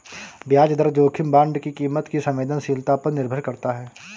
ब्याज दर जोखिम बांड की कीमत की संवेदनशीलता पर निर्भर करता है